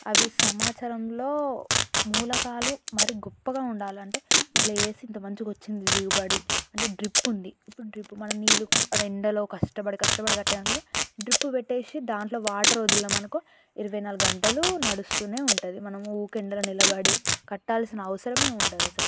అవి సమాచారంలో మూలకాలు మరి గొప్పగా ఉండాలంటే ఇట్ల వేసి ఇంత మంచిగొచ్చింది దిగుబడి అంటే డ్రిప్పు ఉంది ఇప్పుడు డ్రిప్పు మనం నీళ్ళు ఎండలో కష్టపడి కష్టపడి కట్టినా గానీ డ్రిప్పు పెట్టేసి దాంట్లో వాటర్ వదిలినామనుకో ఇరవై నాలుగు గంటలు నడుస్తూనే ఉంటుంది మనము ఊరికనే ఎండలో నిలబడి కట్టాల్సిన అవసరమే ఉండదు అసలు